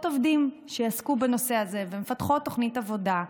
עובדים שיעסקו בנושא הזה ומפתחות תוכנית עבודה,